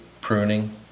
pruning